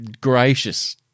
gracious